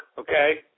okay